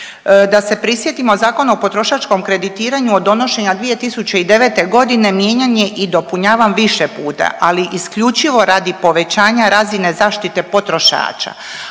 Da se prisjetimo Zakon o potrošačkom kreditiranju od donošenja 2009.g. mijenjan je i dopunjavan više puta, ali isključivo radi povećanja razine zaštite potrošača.